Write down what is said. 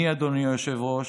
אני, אדוני היושב-ראש,